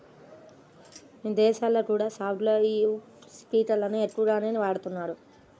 ఇదేశాల్లో కూడా సాగులో యీ స్పింకర్లను ఎక్కువగానే వాడతన్నారు